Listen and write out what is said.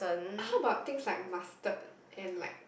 how about things like mustard and like